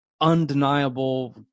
undeniable